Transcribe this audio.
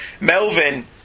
Melvin